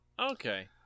Okay